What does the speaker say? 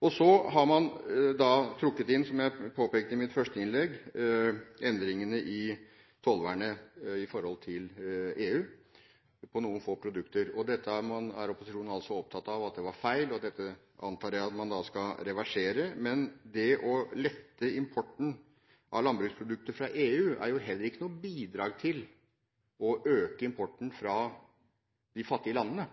EFTA. Så har man da trukket inn, som jeg påpekte i mitt første innlegg, endringene i tollvernet i forhold til EU på noen få produkter. Dette er opposisjonen altså opptatt av at var feil, og dette antar jeg at man da skal reversere. Men det å lette importen av landbruksprodukter fra EU er heller ikke noe bidrag til å øke importen fra de fattige landene.